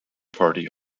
party